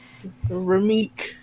Rameek